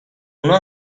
اونها